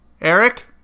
Eric